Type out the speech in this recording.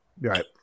right